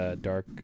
Dark